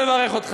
לברך אותך,